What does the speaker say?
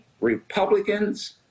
Republicans